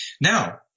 Now